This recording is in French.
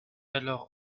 alors